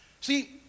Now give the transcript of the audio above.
See